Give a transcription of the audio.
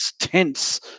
tense